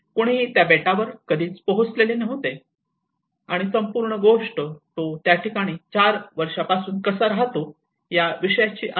कुणीही त्या बेटावर कधीच पोहोचले नव्हते आणि संपूर्ण गोष्ट तो त्या ठिकाणी 4 वर्षांपासून कसा राहतो याविषयी आहे